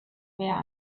mehr